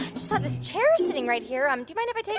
just saw this chair sitting right here. um do you mind but